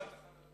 בשעת הכנת הדוח.